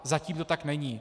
Zatím to tak není.